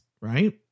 right